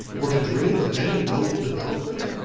or to dream of any noble development?